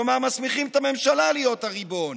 כלומר מסמיכים את הממשלה להיות הריבון.